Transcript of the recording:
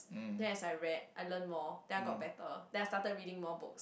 then as I read I learn more then I got better then I started reading more books